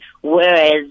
Whereas